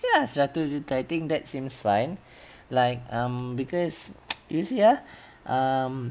ya seratus juta I think that seems fine like um because you see ah um